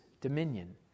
dominion